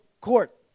court